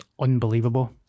unbelievable